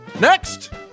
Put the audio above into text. Next